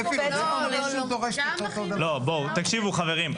--- תקשיבו, חברים.